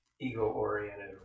ego-oriented